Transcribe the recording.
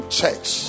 church